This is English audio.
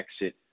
exit